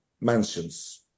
mansions